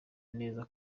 neza